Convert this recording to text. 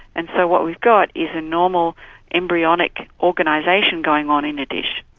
and so what we've got is a normal embryonic organisation going on in a dish.